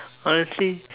honestly